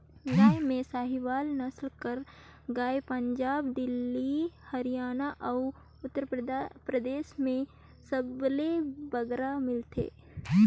गाय में साहीवाल नसल कर गाय पंजाब, दिल्ली, हरयाना अउ उत्तर परदेस में सबले बगरा मिलथे